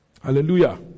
hallelujah